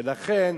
ולכן,